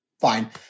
fine